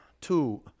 two